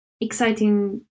exciting